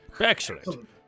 Excellent